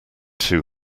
two